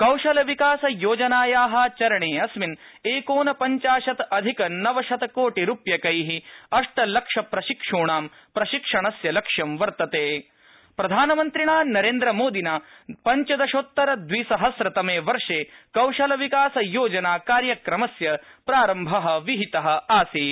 कौशलविकासयोजनाया चरणऋस्मिन् एकोनपञ्चाशत् अधिक नवशतकोटिरुप्यकै अष्टलक्षप्रशिक्ष्णां प्रशिक्षणस्य लक्ष्यं वर्तत प्रधानमन्त्रिणा नरद्विमोदिना पञ्चदशोत्तर द्विसहस्रतमर्विर्ष कौशलविकासयोजना कार्यक्रमस्य प्रारम्भ विहित सीत्